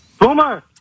Boomer